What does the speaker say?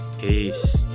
Peace